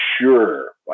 sure